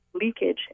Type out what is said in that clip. leakage